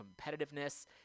competitiveness